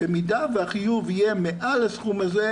במידה והחיוב יהיה מעל הסכום הזה,